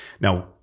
Now